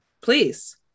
Please